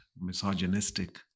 misogynistic